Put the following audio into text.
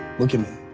look at me.